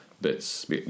bits